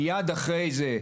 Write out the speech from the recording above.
ומיד אחרי זה,